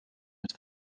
het